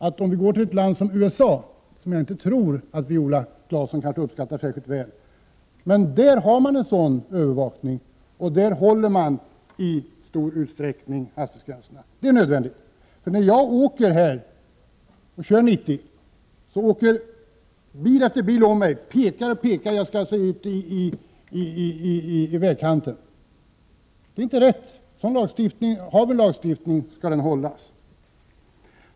Men om vi ser på USA, som jag tror att Viola Claesson inte uppskattar särskilt mycket, finner vi att man där har en övervakning och i stor utsträckning håller hastighetsgränserna. Det är nödvändigt. När jag kör med tillåtna 90 km hastighet åker bil efter bil förbi och pekar att jag borde köra ut i vägkanten. Det är inte rätt. Har vi en lagstiftning skall den följas.